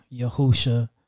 Yahusha